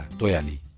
toya li